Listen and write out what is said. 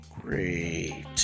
Great